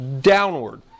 downward